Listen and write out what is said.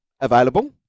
available